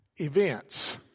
events